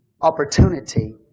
opportunity